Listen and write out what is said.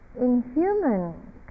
inhuman